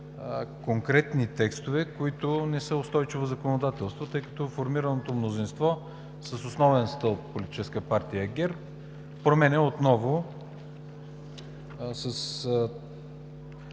конкретни текстове, които не са устойчиво законодателство, тъй като формираното мнозинство с основен стълб Политическа партия ГЕРБ, с това